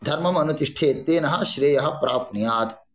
धर्मम् अनुतिष्ठेत् तेन श्रेयः प्राप्नुयात्